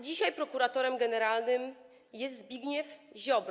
Dzisiaj prokuratorem generalnym jest Zbigniew Ziobro.